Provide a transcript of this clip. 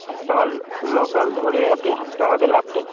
Hasnabad local ধরে আপনি হাসনাবাদে নামবেন